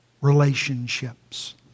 relationships